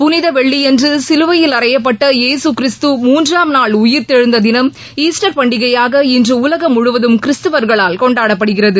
புனித வெள்ளியன்று சிலுவையில் அறையப்பட்ட யேசுகிறிஸ்து மூன்றாம் நாள் உயிர்த்தெழுந்த தினம் ஈஸ்டர் பண்டிகையாக இன்று உலகம் முழுவதும் கிறிஸ்துவர்களால் கொண்டாடப்படுகிறது